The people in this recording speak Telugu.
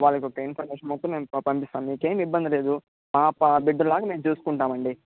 వాళ్ళకు ఒక ఇన్ఫర్మేషన్ మొత్తం మేం పంపిస్తాము మీకు ఏం ఇబ్బంది లేదు మా బిడ్డలాగా మేము చూసుకుంటాం అండి